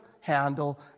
handle